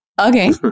Okay